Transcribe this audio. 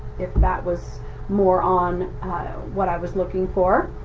if that was more on what i was looking for.